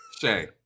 Shay